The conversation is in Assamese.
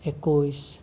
একৈছ